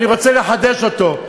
אני רוצה לחדש אותו,